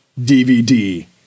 DVD